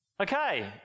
Okay